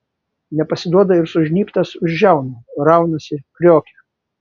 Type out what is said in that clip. nepasiduoda ir sužnybtas už žiaunų raunasi kriokia